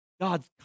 God's